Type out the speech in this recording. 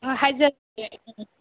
ꯑꯥ ꯍꯥꯏꯖꯒꯦ ꯎꯝ